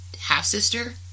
half-sister